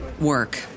work